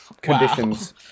conditions